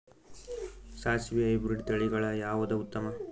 ಸಾಸಿವಿ ಹೈಬ್ರಿಡ್ ತಳಿಗಳ ಯಾವದು ಉತ್ತಮ?